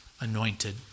anointed